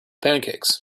pancakes